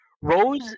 Rose